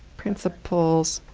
principals